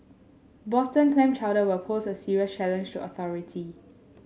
Boston clam chowder will pose a serious challenge to authority